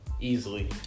Easily